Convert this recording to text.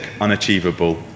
unachievable